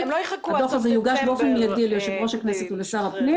הדוח הזה יוגש באופן מיידי ליושב-ראש הכנסת ולשר הפנים